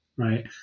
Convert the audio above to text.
Right